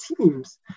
teams